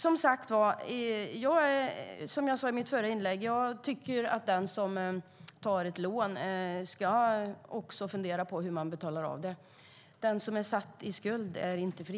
Som jag sa i mitt förra inlägg tycker jag att den som tar ett lån också ska fundera på hur man betalar av det. Den som är satt i skuld är inte fri.